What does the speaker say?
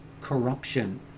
corruption